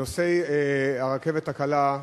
נוסעי הרכבת הקלה,